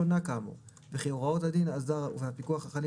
פיננסי קובע תקופה שונה כאמור וכי הוראות הדין הזר והפיקוח החלים